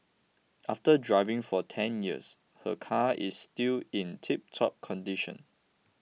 after driving for ten years her car is still in tiptop condition